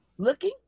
looking